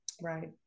Right